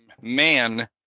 man